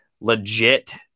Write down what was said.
legit